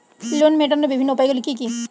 Loan মেটানোর বিভিন্ন উপায়গুলি কী কী?